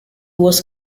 was